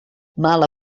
mala